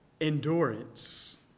endurance